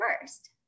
first